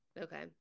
Okay